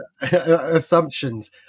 assumptions